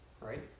right